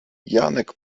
janek